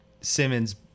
Simmons